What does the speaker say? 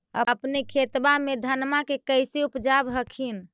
अपने खेतबा मे धन्मा के कैसे उपजाब हखिन?